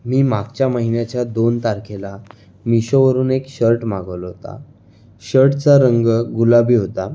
मी मागच्या महिन्याच्या दोन तारखेला मीशोवरून एक शर्ट मागवलं होता शर्टचा रंग गुलाबी होता